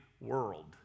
world